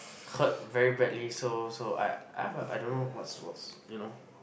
hurt very badly so so I I I don't know what's what's you know